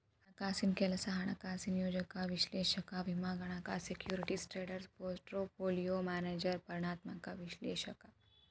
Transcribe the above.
ಹಣಕಾಸಿನ್ ಕೆಲ್ಸ ಹಣಕಾಸಿನ ಯೋಜಕ ವಿಶ್ಲೇಷಕ ವಿಮಾಗಣಕ ಸೆಕ್ಯೂರಿಟೇಸ್ ಟ್ರೇಡರ್ ಪೋರ್ಟ್ಪೋಲಿಯೋ ಮ್ಯಾನೇಜರ್ ಪರಿಮಾಣಾತ್ಮಕ ವಿಶ್ಲೇಷಕ